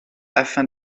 afin